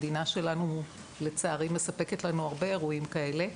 המדינה שלנו לצערי מספקת לנו הרבה אירועים כאלה,